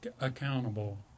accountable